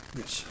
yes